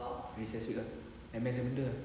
recess week ah M_S nya benda ah